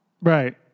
Right